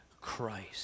Christ